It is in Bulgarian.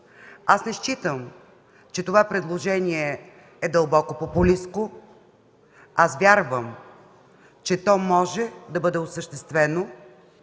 Не считам, че това предложение е дълбоко популистко. Вярвам, че то може да бъде осъществено